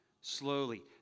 slowly